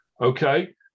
Okay